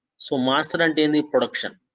so master and dna production